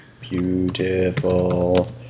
Beautiful